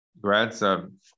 Grandson